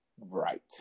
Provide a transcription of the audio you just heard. right